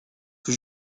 que